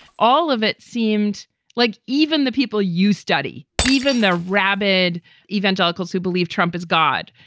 all of it seemed like even the people you study, even the rabid evangelicals who believe trump is god,